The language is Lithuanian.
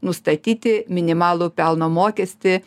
nustatyti minimalų pelno mokestį